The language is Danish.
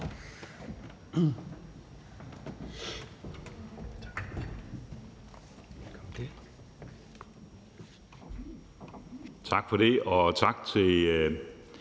Tak for ordet, og tak til